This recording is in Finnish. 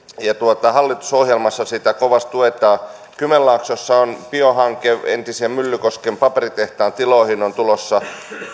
ja hallitusohjelmassa sitä kovasti tuetaan kymenlaaksossa on biohanke entisen myllykosken paperitehtaan tiloihin on tulossa